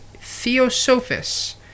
Theosophists